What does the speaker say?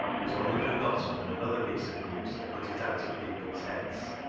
it was only forgotten when another piece of news had put it out of people's heads.